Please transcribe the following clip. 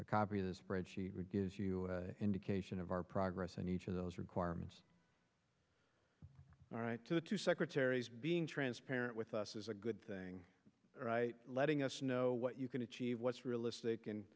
a copy of the spreadsheet gives you an indication of our progress in each of those requirements all right to the two secretaries being transparent with us is a good thing letting us know what you can achieve what's realistic and